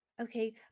Okay